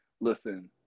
Listen